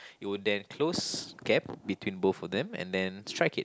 it will then close gap between both of them and then strike it